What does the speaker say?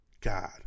God